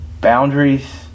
Boundaries